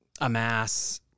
amass